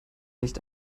nicht